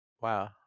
Wow